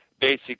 basic